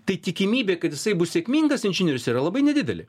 tai tikimybė kad jisai bus sėkmingas inžinierius yra labai nedidelė